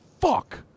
fuck